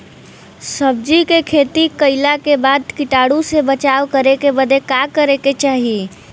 सब्जी के खेती कइला के बाद कीटाणु से बचाव करे बदे का करे के चाही?